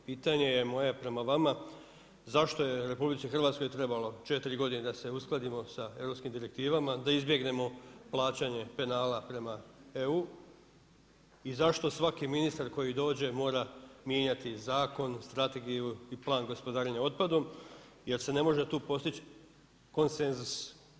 Pitanje je moje prema vama, zašto je RH trebalo 4 godine da se uskladimo sa europskim direktivama, da izbjegnemo plaćanje penala prema EU i zašto svaki ministar koji dođe mora mijenjati zakon, strategiju i plan gospodarenja otpadom, jer se ne može tu postići konsenzus?